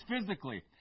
physically